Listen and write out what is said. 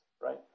right